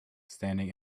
standing